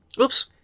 Oops